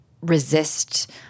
resist